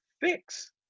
fix